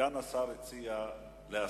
סגן השר הציע להסיר.